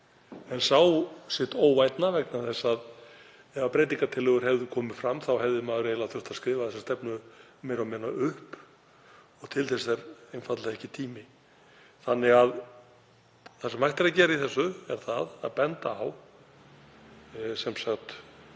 en sá sitt óvænna vegna þess að ef breytingartillögur hefðu komið fram hefði maður eiginlega þurft að skrifa þessa stefnu meira og minna upp og til þess er einfaldlega ekki tími. Það sem hægt er að gera í þessu er að benda á það sem